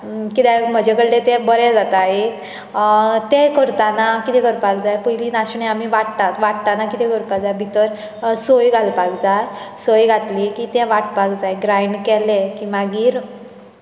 कित्याक म्हजे कडले तें बरें जाता एक तें करताना कितें करपाक जाय पयली नाशणें आमी वाट्टात वाट्टाना कितें करपा जाय भितर सोय घालपाक जाय सोय घातली की तें वांटपाक जाय ग्रायंड केलें की मागीर